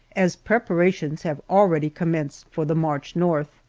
as preparations have already commenced for the march north.